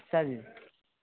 अच्छा जी